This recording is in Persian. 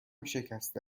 شکسته